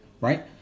Right